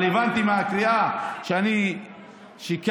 אבל הבנתי מהקריאה שכאן,